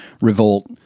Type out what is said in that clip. revolt